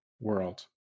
world